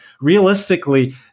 realistically